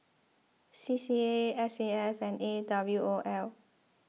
C C A S A F and A W O L